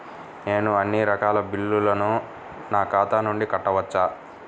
నేను అన్నీ రకాల బిల్లులను నా ఖాతా నుండి కట్టవచ్చా?